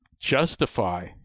justify